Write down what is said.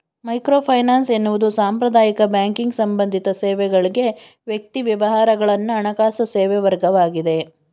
microfinance ಎನ್ನುವುದು ಸಾಂಪ್ರದಾಯಿಕ banking ಸಂಬಂಧಿತ ಸೇವೆಗಳ್ಗೆ ವ್ಯಕ್ತಿ ವ್ಯವಹಾರಗಳನ್ನ ಹಣಕಾಸು ಸೇವೆವರ್ಗವಾಗಿದೆ